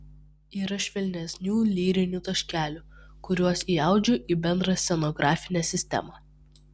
yra švelnesnių lyrinių taškelių kuriuos įaudžiu į bendrą scenografinę sistemą